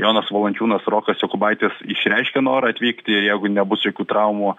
jonas valančiūnas rokas jokubaitis išreiškė norą atvykti ir jeigu nebus jokių traumų